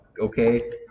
okay